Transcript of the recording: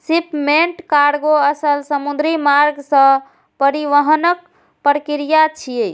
shipment कार्गों अलग समुद्री मार्ग सं परिवहनक प्रक्रिया छियै